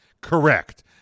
correct